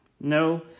No